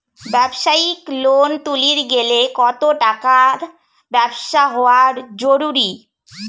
ব্যবসায়িক লোন তুলির গেলে কতো টাকার ব্যবসা হওয়া জরুরি?